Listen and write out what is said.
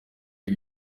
iba